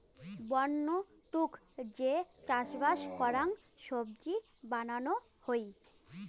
বন্য তুক যে চাষবাস করাং সবজি বানানো হই